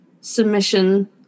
submission